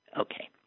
Okay